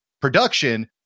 production